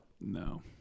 No